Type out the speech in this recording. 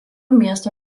miesto